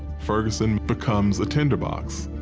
ferguson becomes a tinderbox,